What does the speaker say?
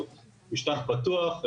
משטח פתוח,